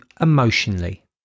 emotionally